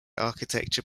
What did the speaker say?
architecture